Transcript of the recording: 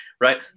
right